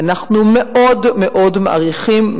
אנחנו מאוד מאוד מעריכים,